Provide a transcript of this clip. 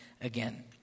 again